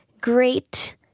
Great